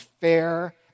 fair